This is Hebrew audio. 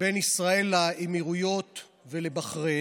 בין ישראל לאמירויות ולבחריין.